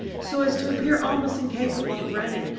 so as to appear almost incapable of running,